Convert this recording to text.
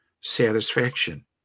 satisfaction